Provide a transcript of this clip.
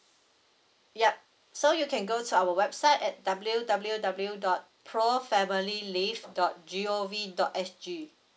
yup so you can go to our website at W W W dot pro family leave dot G_O_V dot S_G